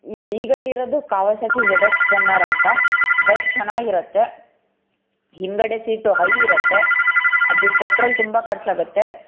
ಈ ಲೀಗಲ್ ಇರೋದು Kawasaki Z X ten R ಅಂತ ಬೈಕ್ ಚೆನ್ನಾಗಿರುತ್ತೆ ಹಿಂದುಗಡೆ ಸೀಟು ಹೈ ಇರುತ್ತೆ ಅದು ಪೆಟ್ರೋಲ್ ತುಂಬ ಖರ್ಚಾಗುತ್ತೆ